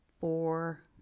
four